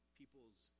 people's